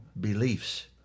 beliefs